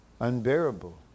unbearable